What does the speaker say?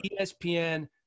ESPN